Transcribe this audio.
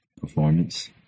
performance